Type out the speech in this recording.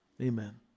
Amen